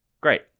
great